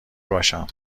باشم